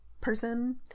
person